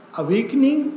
awakening